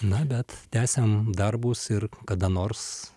na bet tęsiam darbus ir kada nors